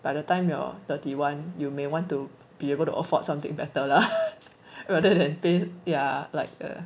by the time you're thirty one you may want to be able to afford something better lah rather than pay ya like err